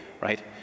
right